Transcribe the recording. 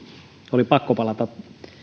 oli pakko palata